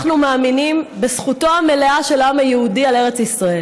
אנחנו מאמינים בזכותו המלאה של העם היהודי על ארץ ישראל,